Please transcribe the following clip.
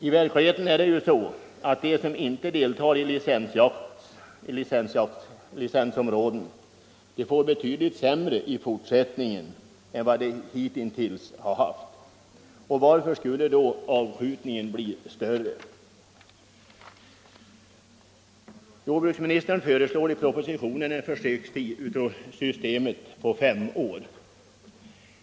I verkligheten är det så att de som inte deltar i licensområden får det betydligt sämre i fortsättningen än vad de hittills haft. Och varför skulle då avskjutningen bli större? Jordbruksministern föreslår i propositionen en försökstid med systemet på fem år.